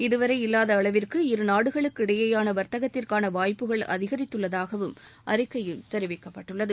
இதுவரை இல்வாத அளவிற்கு இரு நாடுகளுக்கு இடையேயான வர்த்தகத்திற்கான வாய்ப்புகள் அதிகரித்துள்ளதாக அறிக்கையில் தெரிவிக்கப்பட்டுள்ளது